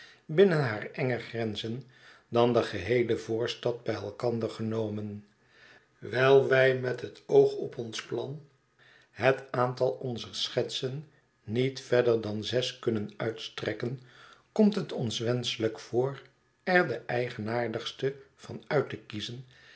binnen haar enge grenzen dan de geheele voorstad bij elkander genomen wiji wij met het oog op ons plan het aantal onzer schetsen niet verder dan tot zes kunnen uitstrekken komt het ons wenschelijk voor er de eigenaardigste van uit te kiezen